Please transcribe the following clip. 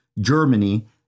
Germany